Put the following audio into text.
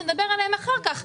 נדבר עליהן אחר כך.